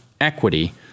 equity